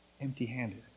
empty-handed